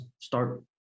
start